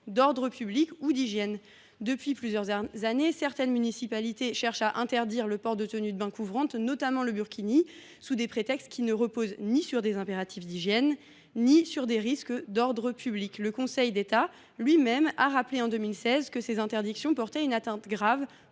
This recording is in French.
d’ordre public ou d’hygiène. Depuis plusieurs années, certaines municipalités cherchent à interdire le port de tenues de bain couvrantes, notamment le burkini, sans que cela repose sur des impératifs d’hygiène ou des motifs d’ordre public. Le Conseil d’État lui même a rappelé en 2016 que ces interdictions portaient une atteinte grave